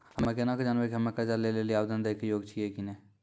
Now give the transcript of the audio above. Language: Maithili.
हम्मे केना के जानबै कि हम्मे कर्जा लै लेली आवेदन दै के योग्य छियै कि नै?